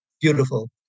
beautiful